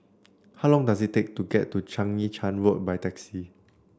how long does it take to get to Chang Yi Charn Road by taxi